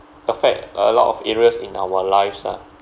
affect a lot of areas in our lives ah